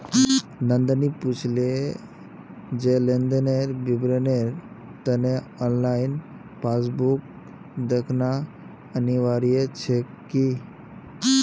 नंदनी पूछले जे लेन देनेर विवरनेर त न ऑनलाइन पासबुक दखना अनिवार्य छेक की